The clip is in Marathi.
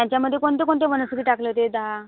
त्यांच्यामध्ये कोणते कोणते वनस्पती टाकले होते दहा